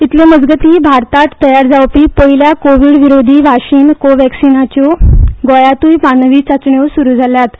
कोव्हॅक्सीन भारतात तयार जावपी पयल्या कोविड विरोधी वाशिन को व्हॅक्सीनाच्यो गोंयातुय मानवी चाचण्यो सुरू जाल्यात